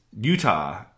Utah